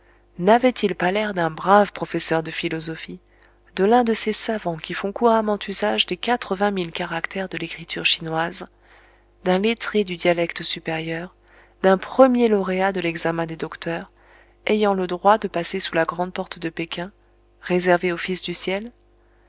n'avait-il pas l'air d'un brave professeur de philosophie de l'un de ces savants qui font couramment usage des quatre-vingt mille caractères de l'écriture chinoise d'un lettré du dialecte supérieur d'un premier lauréat de l'examen des docteurs ayant le droit de passer sous la grande porte de péking réservée au fils du ciel